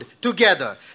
together